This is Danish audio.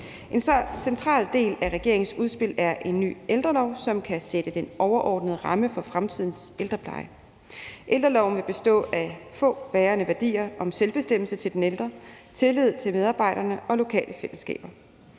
En central del af regeringens udspil er en ny ældrelov, som kan sætte den overordnede ramme for fremtidens ældrepleje. Ældreloven vil bestå af få bærende værdier om selvbestemmelse til den ældre, tillid til medarbejderne og lokale fællesskaber.